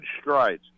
strides